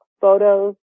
photos